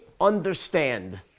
understand